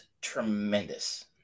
tremendous